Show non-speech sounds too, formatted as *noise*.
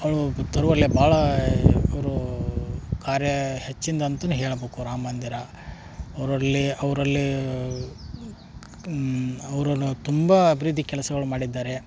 *unintelligible* ತರುವಲ್ಲಿ ಭಾಳ ಅವ್ರು ಕಾರ್ಯ ಹೆಚ್ಚಿಂದು ಅಂತನೂ ಹೇಳ್ಬೇಕು ರಾಮಮಂದಿರ ಅವ್ರಲ್ಲಿ ಅವ್ರಲ್ಲಿ ಅವ್ರು ತುಂಬ ಅಭಿವೃದ್ಧಿ ಕೆಲಸಗಳು ಮಾಡಿದ್ದಾರೆ